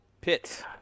Pitt